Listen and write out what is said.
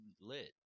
lit